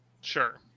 Sure